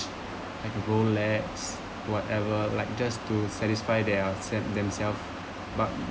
like a rolex whatever like just to satisfy their self themselves but